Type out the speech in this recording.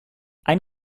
ein